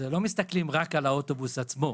לא מסתכלים רק על האוטובוס עצמו.